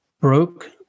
broke